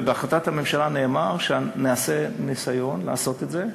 ובהחלטת ממשלה נאמר שנעשה ניסיון לעשות את זה,